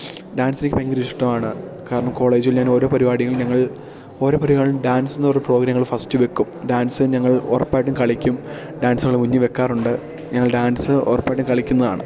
ഡാൻസെനിക്ക് ഭയങ്കര ഇഷ്ടമാണ് കാരണം കോളേജിൽ ഞാൻ ഓരോ പരിപാടികളും ഞങ്ങൾ ഓരോ പരിപാടി ഡാൻസെന്നു പറഞ്ഞ പ്രോഗ്രാം ഞങ്ങള് ഫസ്റ്റ് വയ്ക്കും ഡാൻസ് ഞങ്ങൾ ഉറപ്പായിട്ടും കളിക്കും ഡാൻസുകള് വയ്ക്കാറുണ്ട് ഞങ്ങൾ ഡാൻസ് ഉറപ്പായിട്ടും കളിക്കുന്നതാണ്